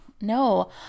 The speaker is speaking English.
No